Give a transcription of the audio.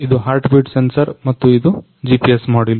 ಇದು heartbeat sensor ಮತ್ತು ಇದು GPS ಮೊಡ್ಯಲ್